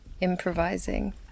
improvising